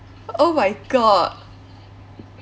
oh my god